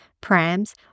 prams